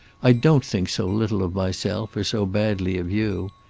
i don't think so little of myself, or so badly of you.